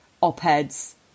op-eds